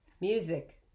Music